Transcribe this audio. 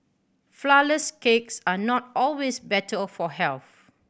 flourless cakes are not always better of for health